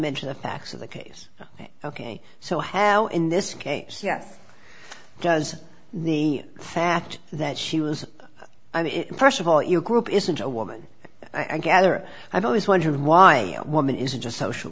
into the facts of the case ok so how in this case yes does the fact that she was i mean first of all your group isn't a woman i gather i've always wondered why woman isn't just social